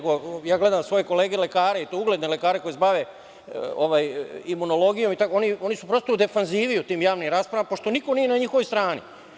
Gledam svoje kolege lekare, i to ugledne lekare koji se bave imunologijom, oni su prosto u defanzivi u tim javnim raspravama, pošto niko nije na njihovoj strani.